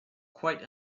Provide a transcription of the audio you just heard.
quite